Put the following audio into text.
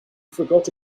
forgot